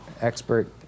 expert